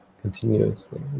continuously